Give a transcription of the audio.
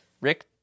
Rick